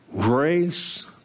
grace